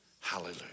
Hallelujah